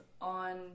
on